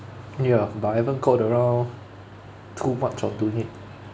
ya but I haven't got around too much of doing it